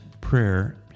prayer